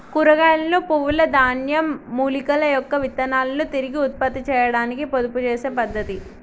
కూరగాయలను, పువ్వుల, ధాన్యం, మూలికల యొక్క విత్తనాలను తిరిగి ఉత్పత్తి చేయాడానికి పొదుపు చేసే పద్ధతి